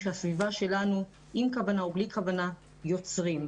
שהסביבה שלנו עם כוונה או בלי כוונה יוצרת.